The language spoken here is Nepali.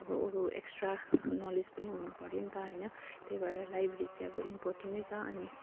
अब अरू एक्सट्रा नलेज पनि हुनुपऱ्यो नि त होइन त्यही भएर लाइब्रेरी चाहिँ अब इम्पोर्टेन नै छ अनि